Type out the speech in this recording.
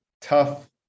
tough